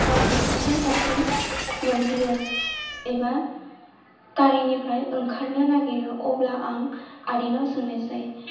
आं क'क्राझार फारसे मोनहैयो एबा गारिनिफ्राय ओंखारनो नागिरो अब्ला आं आदैनाव सोंनायसै